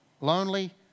lonely